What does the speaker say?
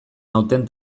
nauten